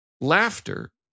Laughter